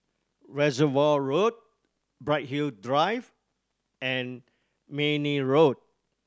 Reservoir Road Bright Hill Drive and Mayne Road